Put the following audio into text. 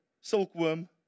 silkworm